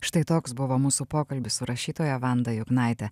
štai toks buvo mūsų pokalbis su rašytoja vanda juknaite